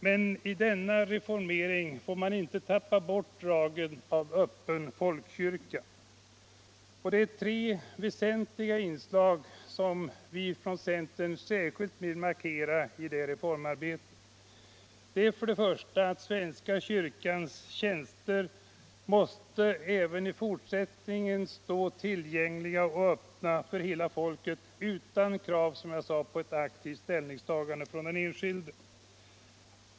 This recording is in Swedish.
Men i denna reformering får man inte tappa bort dragen av öppen folkkyrka. I det reformarbetet vill vi från centern särskilt markera tre inslag. 1. Svenska kyrkans tjänster måste även i fortsättningen stå öppna för hela folket, utan krav, som jag sagt, på aktivt ställningstagande från den enskilde.